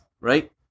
right